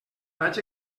vaig